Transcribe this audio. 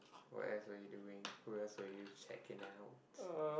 what else are you doing who else are you checking out